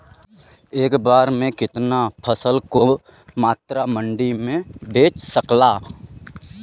एक बेर में कितना फसल के मात्रा मंडी में बेच सकीला?